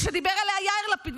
ושדיבר עליה יאיר לפיד,